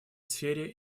сфере